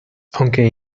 aunque